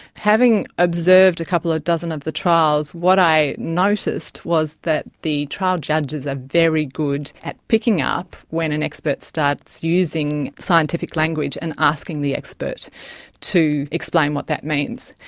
having observed a couple of dozen of the trials, what i noticed was that the trial judges are very good at picking up when an expert starts using scientific language and asking the expert to explain what that means.